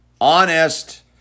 honest